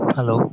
Hello